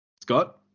Scott